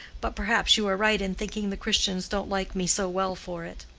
but perhaps you are right in thinking the christians don't like me so well for it.